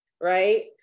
right